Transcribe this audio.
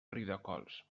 riudecols